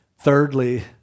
thirdly